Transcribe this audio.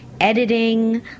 editing